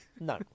No